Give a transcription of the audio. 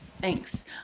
Thanks